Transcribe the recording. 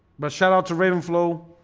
but shout out to rhythm flow,